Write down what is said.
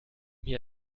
mir